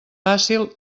fàcil